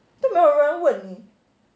都没有人问你